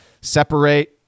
separate